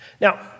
Now